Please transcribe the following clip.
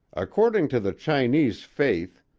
according to the chinese faith,